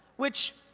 which,